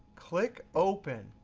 click open.